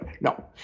no